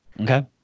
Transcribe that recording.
Okay